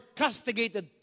castigated